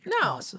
No